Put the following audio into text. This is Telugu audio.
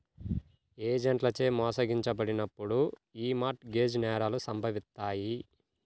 ఏజెంట్లచే మోసగించబడినప్పుడు యీ మార్ట్ గేజ్ నేరాలు సంభవిత్తాయి